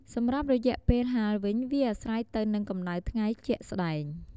សម្រាប់រយៈពេលហាលវិញវាអាស្រ័យទៅនឹងកម្តៅថ្ងៃជាក់ស្តែង។